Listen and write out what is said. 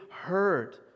heard